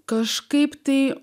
kažkaip tai